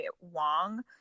Wong